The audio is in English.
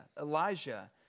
Elijah